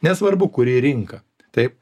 nesvarbu kuri rinka taip